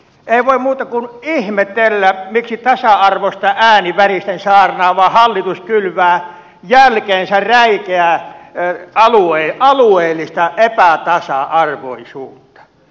ei voi muuta kuin ihmetellä miksi tasa arvosta ääni väristen saarnaava hallitus kylvää jälkeensä räikeää alueellista epätasa arvoisuutta